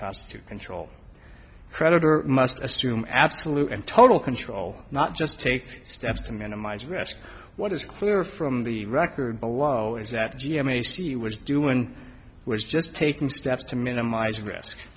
cost to control creditor must assume absolute and total control not just take steps to minimize risk what is clear from the record below is that the g m a t was doing was just taking steps to minimize